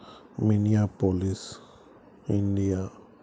Minneapolis India